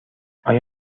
آیا